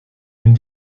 une